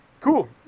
Cool